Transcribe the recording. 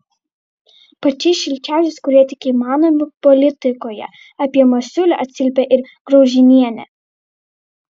pačiais šilčiausiais kurie tik įmanomi politikoje apie masiulį atsiliepė ir graužinienė